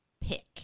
pick